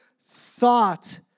thought